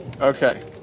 Okay